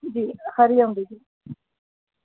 जी हरिओम दीदी